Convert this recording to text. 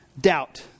doubt